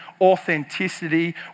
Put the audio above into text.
authenticity